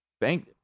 Bank